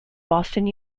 boston